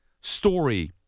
story